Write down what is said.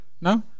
no